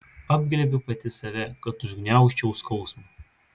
apglėbiu pati save kad užgniaužčiau skausmą